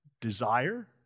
desire